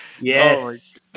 Yes